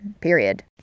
period